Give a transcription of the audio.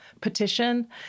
petition